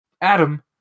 Adam